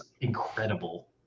incredible